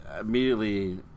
immediately